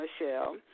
Michelle